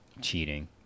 cheating